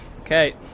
Okay